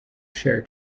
share